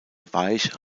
weich